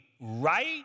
right